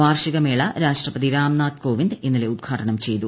വാർഷികമേള രാഷ്ട്രപതി രാംനാഥ് കോവിന്ദ് ഇന്നലെ ഉദ്ഘാടനം ചെയ്തു